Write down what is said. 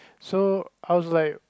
so I was like